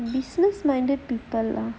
business minded people lah